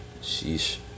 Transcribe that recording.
Sheesh